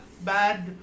bad